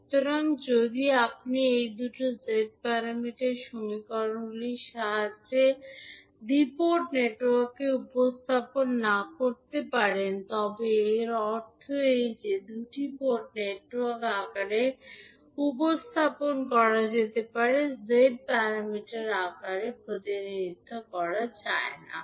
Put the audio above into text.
সুতরাং যদি আপনি এই দুটি z প্যারামিটার সমীকরণগুলির সাহায্যে দ্বি পোর্ট নেটওয়ার্ককে উপস্থাপন করতে না পারেন তবে এর অর্থ এই যে দুটি পোর্ট নেটওয়ার্ক আকারে উপস্থাপন করা যেতে পারে z প্যারামিটার আকারে প্রতিনিধিত্ব করা যায় না